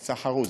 יצא חרוז,